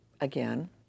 again